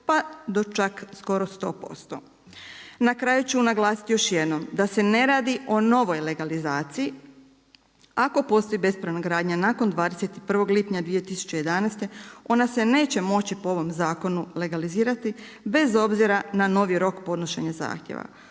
pa do čak 100%. Na kraju ću naglasiti još jednom. Da se ne radi o novoj legalizaciji ako postoji bespravna gradnja nakon 21. lipnja 2011., ona se neće moći po ovom zakonu legalizirati, bez obzira na novi rok podnošenja zahtjeva.